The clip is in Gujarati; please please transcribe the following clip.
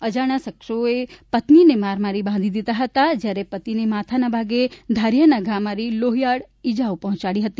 અજાણ્યા શખ્સોએ પત્નીને માર મારી બાંધી દીધા હતા જ્યારે પતિને માથાના ભાગે ધારીયાના ઘા મારી લોહીયાળ ઈજાઓ પહોંચાડી હતી